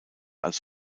als